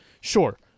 sure